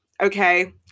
okay